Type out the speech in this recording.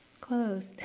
closed